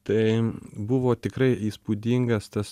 tai buvo tikrai įspūdingas tas